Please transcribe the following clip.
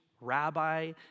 rabbi